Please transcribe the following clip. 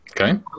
Okay